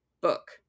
book